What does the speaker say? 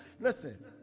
Listen